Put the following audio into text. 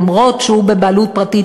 למרות העובדה שהוא בבעלות פרטית,